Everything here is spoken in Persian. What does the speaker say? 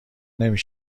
نمی